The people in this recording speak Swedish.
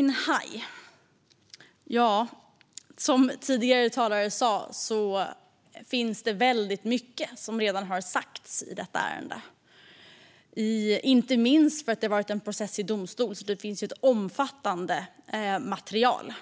När det gäller Gui Minhai finns det väldigt mycket som redan har sagts i detta ärende, inte minst för att det har varit en process i domstol, så det finns ett omfattande material